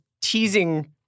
teasing